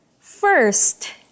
First